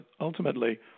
ultimately